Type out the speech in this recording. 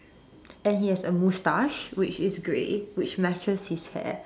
and he has a mustache which is grey which matches his hair